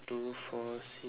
two four six